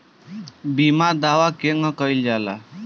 बीमा दावा केगा करल जाला?